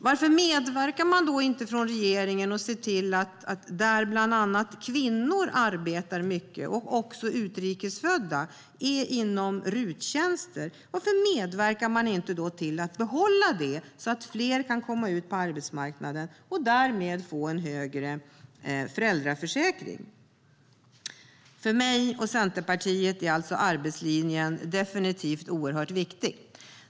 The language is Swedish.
Varför medverkar man då inte från regeringens sida till att behålla RUT-tjänster, där bland annat många kvinnor och utrikes födda arbetar? På så sätt kan fler komma in på arbetsmarknaden och därmed få en högre föräldraförsäkring. För mig och Centerpartiet är arbetslinjen oerhört viktig.